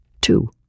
Two